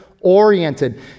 oriented